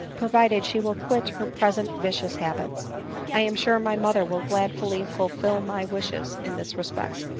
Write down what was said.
provided she will quit her present vicious habits i am sure my mother will gladly fulfil my wishes in this respect.